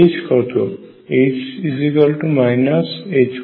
এবং H কত